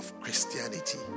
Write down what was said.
Christianity